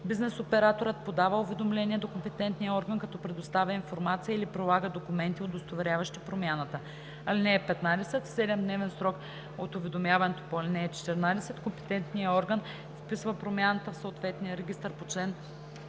бизнес операторът подава уведомление до компетентния орган, като предоставя информация или прилага документи, удостоверяващи промяната. (15) В 7-дневен срок от уведомяването по ал. 14, компетентният орган вписва промяната в съответния регистър по чл.